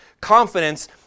confidence